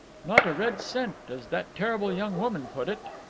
not a red cent, as that terrible young woman put it.